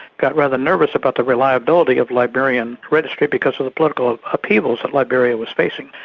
got rather nervous about the reliability of liberian registry because of the political upheavals that liberia was facing.